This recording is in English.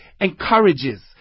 encourages